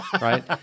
right